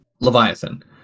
Leviathan